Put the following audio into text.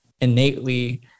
innately